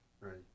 Right